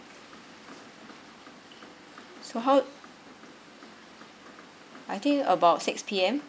so how I think about six P_M